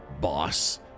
boss